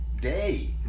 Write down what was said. day